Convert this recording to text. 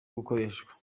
gukoreshwa